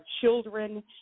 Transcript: children